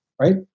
right